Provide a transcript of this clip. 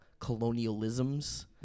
colonialisms